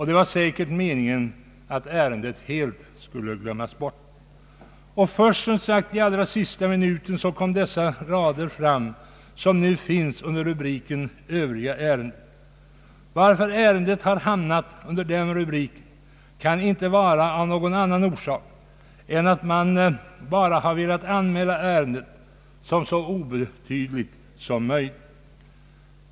Det var säkert meningen att ärendet helt skulle glömmas bort. Först i allra sista minuten kom raderna fram under rubriken ”Övriga ärenden”. Att ärendet hamnat under den rubriken kan inte ha annan orsak än att man velat anmäla det som så obetydligt som möjligt.